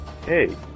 hey